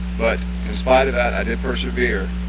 but in spite of that, i did persevere,